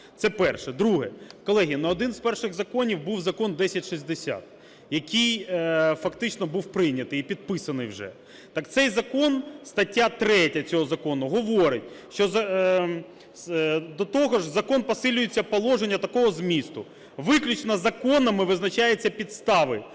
Це перше. Друге. Колеги, один з перших законів був закон 1060, який фактично був прийнятий і підписаний вже. Так цей закон, стаття 3 цього закону говорить, що… до того ж закон посилюється положенням такого змісту: "виключно законами визначаються підстави